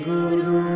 Guru